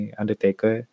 undertaker